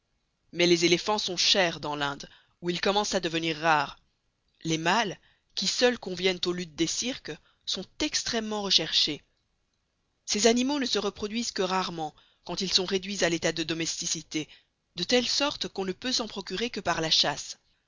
mais les éléphants sont chers dans l'inde où ils commencent à devenir rares les mâles qui seuls conviennent aux luttes des cirques sont extrêmement recherchés ces animaux ne se reproduisent que rarement quand ils sont réduits à l'état de domesticité de telle sorte qu'on ne peut s'en procurer que par la chasse